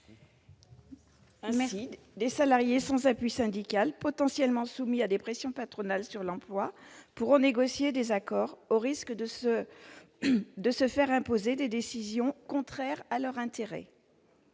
Ainsi, des salariés sans appui syndical, potentiellement soumis à des pressions patronales sur l'emploi, pourront négocier des accords au risque de se faire imposer des décisions contraires à leur intérêt.